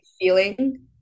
feeling